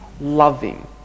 Loving